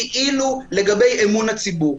כאילו לגבי אמון הציבור.